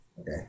okay